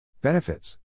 Benefits